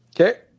Okay